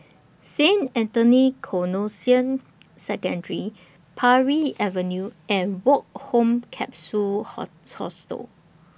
Saint Anthony's Canossian Secondary Parry Avenue and Woke Home Capsule Hostel